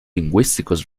lingüísticos